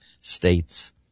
states